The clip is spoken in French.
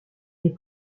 des